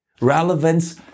relevance